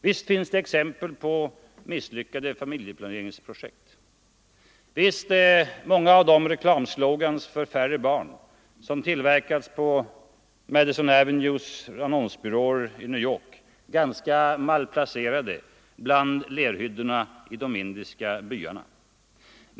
Visst finns det exempel på misslyckade familjeplaneringsprojekt, visst är många av de reklamslogans för färre barn som tillverkats på Madison Avenues annonsbyråer i New York ganska malplacerade bland lerhyddorna i de indiska byarna.